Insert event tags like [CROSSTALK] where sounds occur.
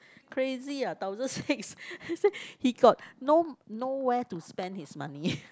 crazy ah thousand six [LAUGHS] say he got no~ nowhere to spend his money